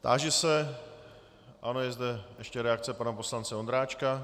Táži se ano, je zde ještě reakce pana poslance Ondráčka.